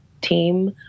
team